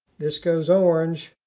this goes orange.